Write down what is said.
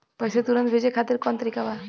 पैसे तुरंत भेजे खातिर कौन तरीका बा?